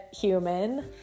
human